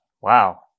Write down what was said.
Wow